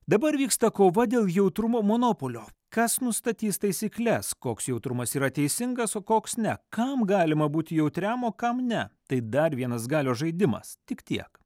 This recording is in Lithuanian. dabar vyksta kova dėl jautrumo monopolio kas nustatys taisykles koks jautrumas yra teisingas o koks ne kam galima būti jautriam o kam ne tai dar vienas galios žaidimas tik tiek